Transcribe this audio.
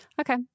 Okay